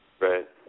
Right